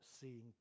seeing